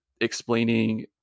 explaining